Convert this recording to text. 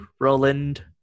Roland